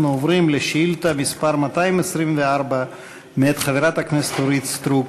אנחנו עוברים לשאילתה מס' 224 מאת חברת הכנסת אורית סטרוק: